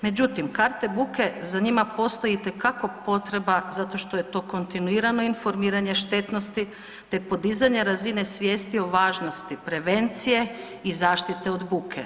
Međutim, karte buke za njima postoji itekako potreba zato što je to kontinuirano informiranje štetnosti te podizanje razine svijesti o važnosti prevencije i zaštite od buke.